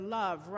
love